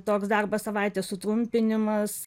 toks darbo savaitės sutrumpinimas